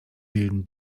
bilden